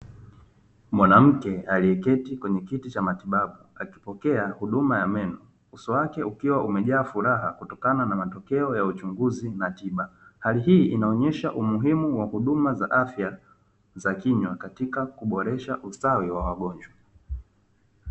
Mwanamke aliyeketi kwenye kiti cha matibabu akipokea huduma ya meno, uso wake ukiwa umejaa furaha kutokana matokea ya uchunguzi na tiba, hali hii inaonyesha umuhimu wa huduma za afya za kinywa katika kuboresha ustawi wa wagonjwa.